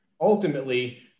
Ultimately